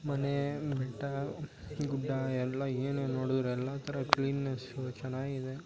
ಮನೆ ಬೆಟ್ಟ ಗುಡ್ಡ ಎಲ್ಲ ಏನೇ ನೋಡಿದ್ರೂ ಎಲ್ಲ ಥರ ಕ್ಲೀನ್ನೆಸ್ಸು ಚೆನ್ನಾಗಿದೆ